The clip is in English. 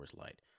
Light